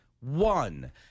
One